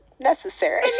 Necessary